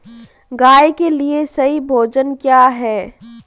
गाय के लिए सही भोजन क्या है?